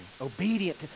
Obedient